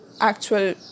actual